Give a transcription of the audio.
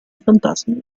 fantasmi